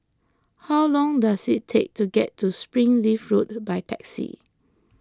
how long does it take to get to Springleaf Road by taxi